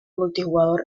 multijugador